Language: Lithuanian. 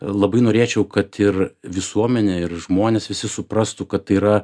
labai norėčiau kad ir visuomenė ir žmonės visi suprastų kad tai yra